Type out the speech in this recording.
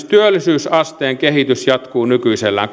työllisyysasteen kehitys jatkuu nykyisellään